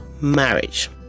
marriage